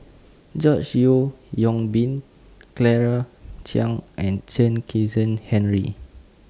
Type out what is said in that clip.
George Yeo Yong Boon Claire Chiang and Chen Kezhan Henri